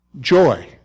Joy